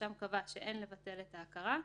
והרשם קבע שאין לבטל את ההכרה,